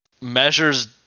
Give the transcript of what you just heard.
measures